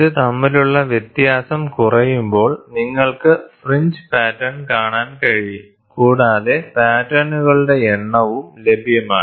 ഇത് തമ്മിലുള്ള വ്യത്യാസം കുറയുമ്പോൾ നിങ്ങൾക്ക് ഫ്രിഞ്ച് പാറ്റേൺ കാണാൻ കഴിയും കൂടാതെ പാറ്റേണുകളുടെ എണ്ണവും ലഭ്യമാണ്